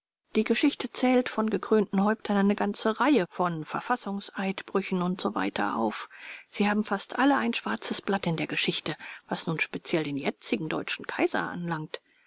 die geschichte zählt von gekrönten häuptern eine ganze reihe von verfassungseidbrüchen und so weiter auf sie haben fast alle ein schwarzes blatt in der geschichte was nun speziell den jetzigen deutschen kaiser anlangt